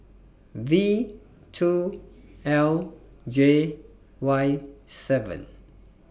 Vtwo LJYseven